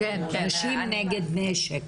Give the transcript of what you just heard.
נשים נגד נשק.